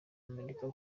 amerika